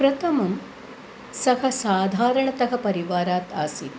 प्रथमं सः साधारणतः परिवारात् आसीत्